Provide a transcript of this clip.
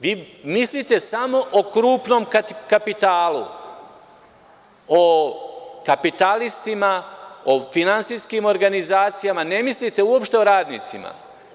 Vi mislite samo o krupnom kapitalu, o kapitalistima, o finansijskim organizacijama, ne mislite uopšte o radnicima.